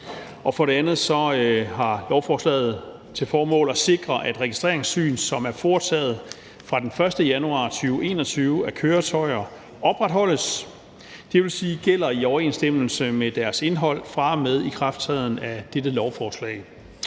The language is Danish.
for det andet har lovforslaget til formål at sikre, at registreringssyn, som er foretaget af køretøjer fra den 1. januar 2021, opretholdes, dvs. gælder i overensstemmelse med deres indhold fra og med ikrafttræden af dette lovforslag;